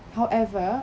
however